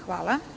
Hvala.